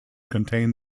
contain